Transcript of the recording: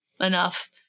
enough